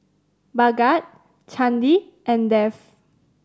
Bhagat Chandi and Dev